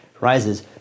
rises